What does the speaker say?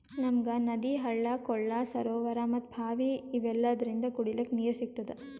ನಮ್ಗ್ ನದಿ ಹಳ್ಳ ಕೊಳ್ಳ ಸರೋವರಾ ಮತ್ತ್ ಭಾವಿ ಇವೆಲ್ಲದ್ರಿಂದ್ ಕುಡಿಲಿಕ್ಕ್ ನೀರ್ ಸಿಗ್ತದ